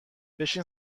بشین